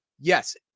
yes